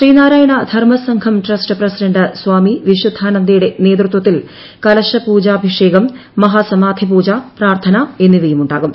Sreenarayana Dharma Sangham trust president Swami വിശുദ്ധാനന്ദയുടെ നേതൃത്വത്തിൽ കലശപൂജാഭിഷേകം മഹാസമാധി പൂജ പ്രാർത്ഥന എന്നിവയുണ്ടാകും